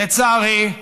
לצערי,